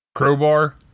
Crowbar